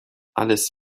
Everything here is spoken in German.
alles